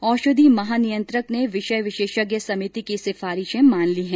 औषधि महानियंत्रक ने विषय विशेषज्ञ समिति की सिफारिशें मान ली हैं